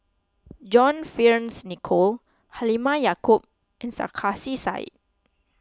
John Fearns Nicoll Halimah Yacob and Sarkasi Said